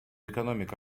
экономика